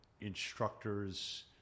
instructors